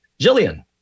Jillian